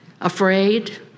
afraid